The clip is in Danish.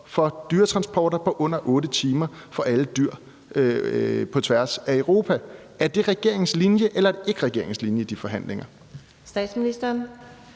for dyretransporter på over 8 timer af alle dyr på tværs af Europa. Er det regeringens linje, eller er det ikke regeringens linje i de forhandlinger? Kl.